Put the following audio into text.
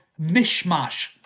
mishmash